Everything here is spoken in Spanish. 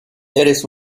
eres